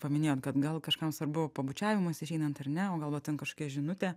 paminėjot kad gal kažkam svarbu pabučiavimas išeinant ar ne o gal vat ten kažkokia žinutė